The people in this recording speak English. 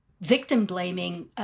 victim-blaming